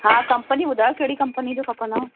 हा कंपनी ॿुधायो कहिड़ी कंपनी जो खपंदव